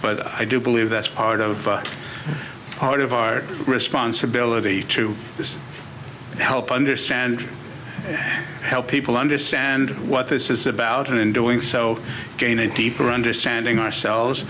but i do believe that's part of part of our responsibility to this is to help understand help people understand what this is about and in doing so gain a deeper understanding ourselves